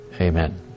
Amen